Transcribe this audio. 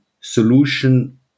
solution